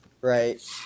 right